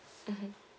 mmhmm